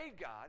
God